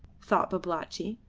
thought babalatchi,